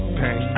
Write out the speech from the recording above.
pain